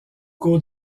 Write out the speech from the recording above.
cours